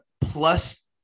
plus